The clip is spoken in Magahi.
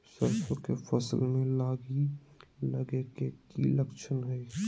सरसों के फसल में लाही लगे कि लक्षण हय?